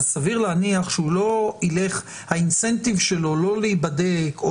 אז סביר להניח שהאינסנטיב שלו לא להיבדק או